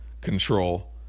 control